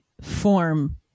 form